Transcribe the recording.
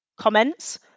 comments